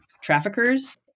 traffickers